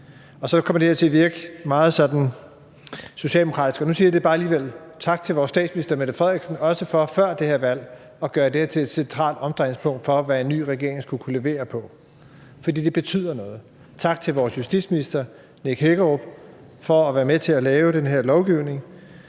så kommer det her til at virke sådan meget socialdemokratisk, men nu siger jeg det bare alligevel: Tak til vores statsminister, Mette Frederiksen, for også før det her valg at gøre det til et centralt omdrejningspunkt for, hvad en ny regering skulle kunne levere på. For det betyder noget. Tak til vores justitsminister, Nick Hækkerup, for at være med til at lave den her lovgivning.